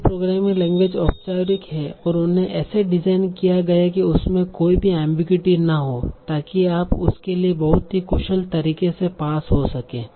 सभी programming language औपचारिक हैं और उन्हें ऐसे डिजाइन किया गया की उसमे कोई भी एमबीगुइटी ना हो ताकि आप उसके लिए बहुत ही कुशल तरीके से पास हो सकें